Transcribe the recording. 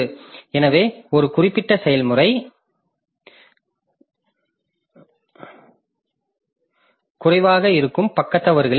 எனவே ஒரு குறிப்பிட்ட செயல்முறை C குறைவாக இருக்கும் பக்க தவறுகளின் எண்ணிக்கை